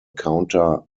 counter